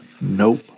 Nope